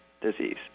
disease